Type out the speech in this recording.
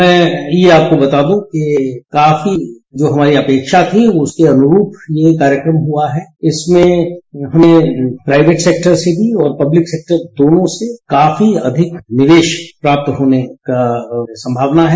मैं आपको ये बता दूं कि अभी जो हमारे अपेक्षा थी उसके अनुरूप में कार्यक्रम हुआ है इसमें हमें प्राइवेट सेक्टर से भी पब्लिक सेक्टर दोनों से काफी अधिक निवेश प्राप्त होने की संभावना है